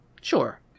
Sure